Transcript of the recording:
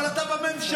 אבל אתה ממשלה.